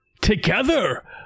together